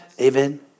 Amen